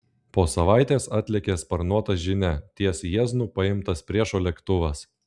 po savaitės atlėkė sparnuota žinia ties jieznu paimtas priešo lėktuvas